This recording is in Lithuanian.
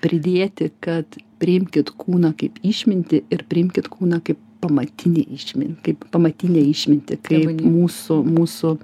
pridėti kad priimkit kūną kaip išmintį ir priimkit kūną kaip pamatinį išmintį pamatinę išmintį kaip mūsų mūsų